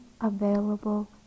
available